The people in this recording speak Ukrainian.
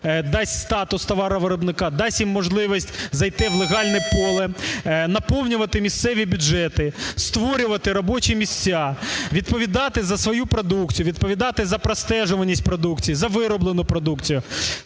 дасть статус товаровиробникам, дасть їм можливість зайти у легальне поле, наповнювати місцеві бюджети, створювати робочі місця, відповідати за свою продукцію, відповідати за простежуваність продукції, за вироблену продукцію.